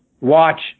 Watch